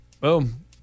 Boom